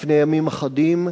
לפני ימים אחדים,